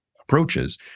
approaches